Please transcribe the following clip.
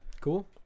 Cool